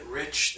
rich